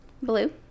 Blue